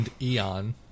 eon